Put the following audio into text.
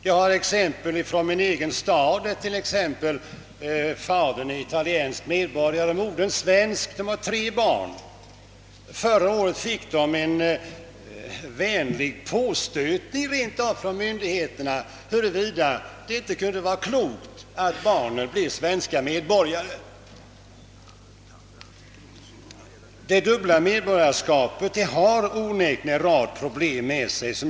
Jag har från min egen stad ett exempel, där fadern är italiensk och modern svensk medborgare. De har tre barn, och förra året fick de rent av en vänlig förfrågan från myndigheterna, om det inte vore klokt att barnen blev svenska medborgare. Det dubbla medborgarskapet medför onekligen en del problem.